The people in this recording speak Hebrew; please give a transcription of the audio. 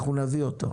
אנחנו נביא אותו.